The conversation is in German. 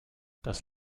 das